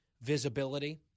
visibility